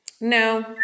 no